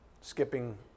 Skipping